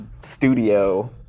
studio